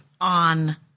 on